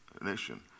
nation